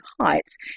heights